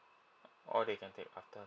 oh they can take after